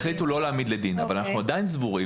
החליטו לא להעמיד לדין, אבל אנחנו עדיין סבורים